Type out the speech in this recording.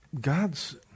God's